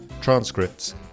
transcripts